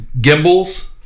gimbals